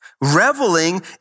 reveling